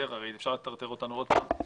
אפשר לטרטר אותנו עוד פעם,